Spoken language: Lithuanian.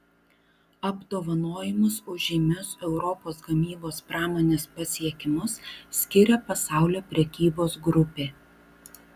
apdovanojimus už žymius europos gamybos pramonės pasiekimus skiria pasaulio prekybos grupė